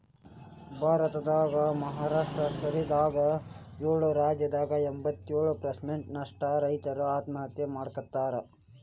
ಭಾರತದಾಗ ಮಹಾರಾಷ್ಟ್ರ ಸೇರಿದಂಗ ಏಳು ರಾಜ್ಯದಾಗ ಎಂಬತ್ತಯೊಳು ಪ್ರಸೆಂಟ್ ನಷ್ಟ ರೈತರು ಆತ್ಮಹತ್ಯೆ ಮಾಡ್ಕೋತಾರ